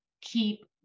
keep